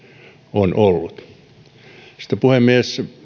on ollut puhemies